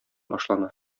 башлана